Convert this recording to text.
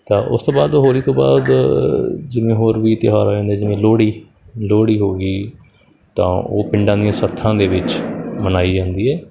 ਤਾਂ ਉਸ ਤੋਂ ਬਾਅਦ ਹੋਲੀ ਤੋਂ ਬਾਅਦ ਜਿਵੇਂ ਹੋਰ ਵੀ ਤਿਉਹਾਰ ਆ ਜਾਂਦੇ ਜਿਵੇਂ ਲੋਹੜੀ ਲੋਹੜੀ ਹੋ ਗਈ ਤਾਂ ਉਹ ਪਿੰਡਾਂ ਦੀਆਂ ਸੱਥਾਂ ਦੇ ਵਿੱਚ ਮਨਾਈ ਜਾਂਦੀ ਹੈ